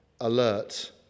alert